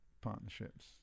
partnerships